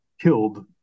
killed